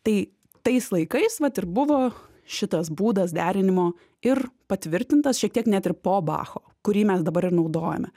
tai tais laikais vat ir buvo šitas būdas derinimo ir patvirtintas šiek tiek net ir po bacho kurį mes dabar ir naudojame